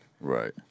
Right